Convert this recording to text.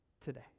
today